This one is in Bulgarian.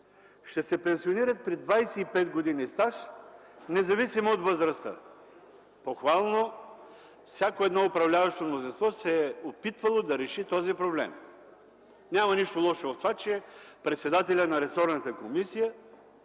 ще се пенсионират при 25 години стаж, независимо от възрастта. Похвално. Всяко едно управляващо мнозинство се е опитвало да реши този проблем. Няма нищо лошо в това, че председателят на ресорната комисия